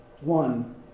One